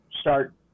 start